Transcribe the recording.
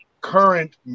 current